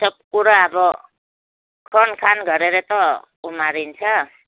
सब कुरा अब खनखान गरेर त उमारिन्छ